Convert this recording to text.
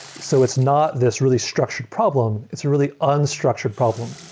so it's not this really structured problem. it's a really unstructured problem.